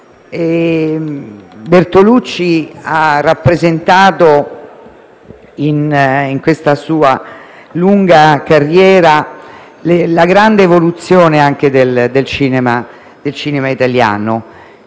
Bertolucci ha rappresentato, nella sua lunga carriera, la grande evoluzione del cinema italiano.